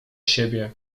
siebie